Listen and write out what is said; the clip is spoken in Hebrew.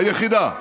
היחידה,